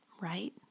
right